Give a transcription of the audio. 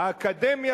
האקדמיה,